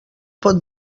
pot